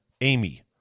Amy